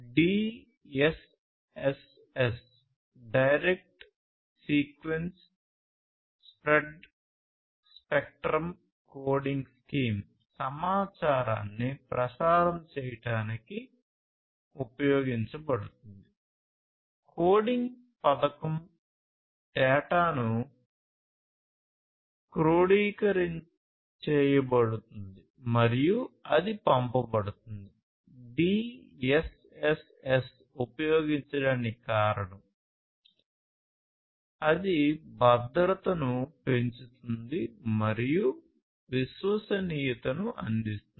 DSSS అందిస్తుంది